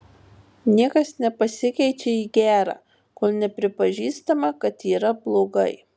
niekas nepasikeičia į gerą kol nepripažįstama kad yra blogai